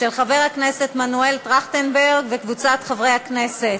של חבר הכנסת מנואל טרכטנברג וקבוצת חברי הכנסת.